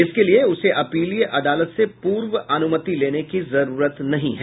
इसके लिये उसे अपीलीय अदालत से पूर्व अनुमति लेने की जरूरत नहीं है